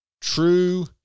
true